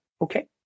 Okay